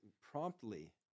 promptly